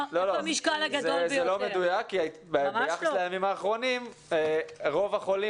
זה לא מדויק כי ביחס לימים האחרונים רוב החולים